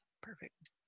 Perfect